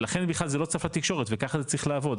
ולכן בכלל זה לא צף לתקשורת וככה זה צריך לעבוד.